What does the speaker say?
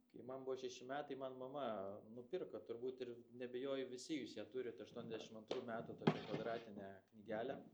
kai man buvo šeši metai man mama nupirko turbūt ir neabejoju visi jūs ją turit aštuoniasdešim antrų metų tokią kvadratinę knygelę